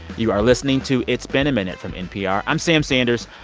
you are listening to it's been a minute from npr. i'm sam sanders.